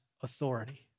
authority